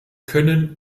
können